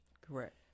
Correct